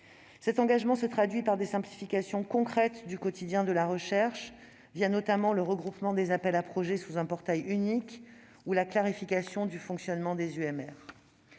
Cet engagement se traduit : par des simplifications concrètes du quotidien de la recherche, notamment le regroupement des appels à projets sous un portail unique ou la clarification du fonctionnement des